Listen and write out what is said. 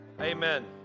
Amen